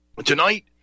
Tonight